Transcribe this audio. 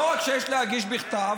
לא רק שיש להגיש בכתב,